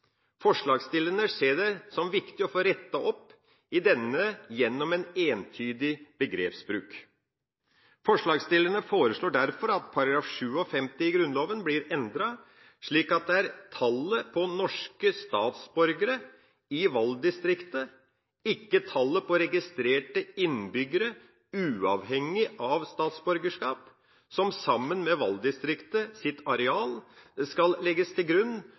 Forslagsstillerne ser det som viktig å få rettet opp i dette gjennom en entydig begrepsbruk. Forslagsstillerne foreslår derfor at § 57 i Grunnloven blir endret slik at det er tallet på norske statsborgere i valgdistriktet, ikke tallet på registrerte innbyggere uavhengig av statsborgerskap, som sammen med valgdistriktets areal skal legges til grunn